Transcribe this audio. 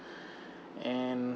and